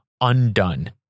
undone